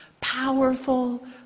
powerful